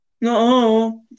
No